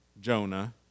Jonah